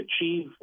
achieve